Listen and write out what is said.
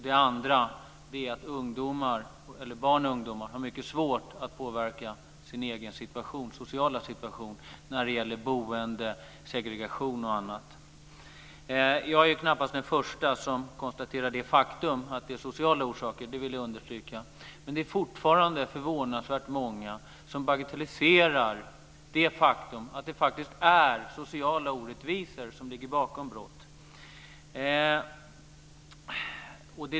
Det andra är att barn och ungdomar har mycket svårt att påverka sin egen sociala situation när det gäller boende, segregation och annat. Jag är knappast den första som konstaterar det faktum att det är sociala orsaker, vill jag understryka. Men det är fortfarande förvånansvärt många som bagatelliserar det faktum att det faktiskt är sociala orättvisor som ligger bakom brott.